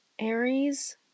Aries